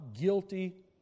guilty